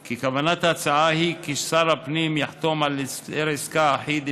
כי כוונת ההצעה היא כי שר הפנים יחתום על היתר עסקה אחיד,